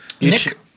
Nick